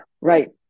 Right